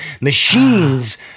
Machines